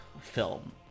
film